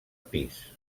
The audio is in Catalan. pis